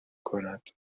کند